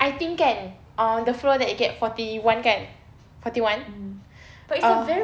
I think kan on the floor that you get forty one kan forty one uh